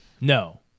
no